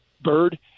bird